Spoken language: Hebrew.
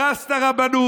הרס את הרבנות,